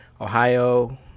Ohio